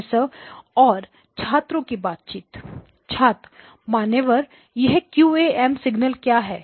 professor और छात्रों की बातचीत छात्र मान्यवर यह QAM सिग्नल्स क्या है